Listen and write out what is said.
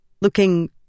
looking